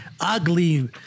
ugly